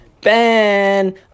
Ben